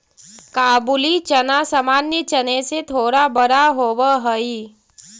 काबुली चना सामान्य चने से थोड़ा बड़ा होवअ हई